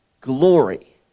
glory